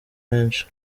henshi